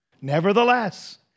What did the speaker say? nevertheless